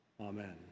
Amen